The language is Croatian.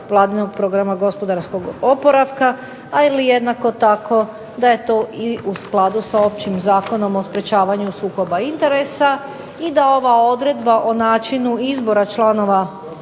Vladinog programa gospodarskog oporavka, ali jednako tako da je to i u skladu sa općim Zakonom o sprječavanju sukoba interesa, i da ova odredba o načinu izbora članova